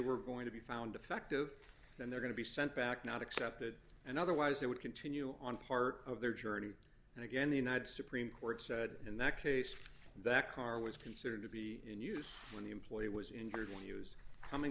were going to be found defective then they're going to be sent back not accepted and otherwise they would continue on part of their journey and again the united supreme court said in that case that car was considered to be in use when the employee was injured when use coming